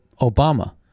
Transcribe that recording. Obama